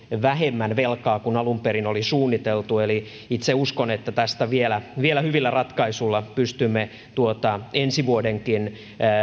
vähemmän velkaa kuin alun perin oli suunniteltu itse uskon että tästä vielä vielä hyvillä ratkaisuilla pystymme tuota ensi vuodenkin